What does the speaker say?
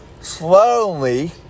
slowly